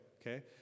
Okay